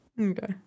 Okay